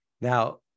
Now